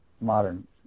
modern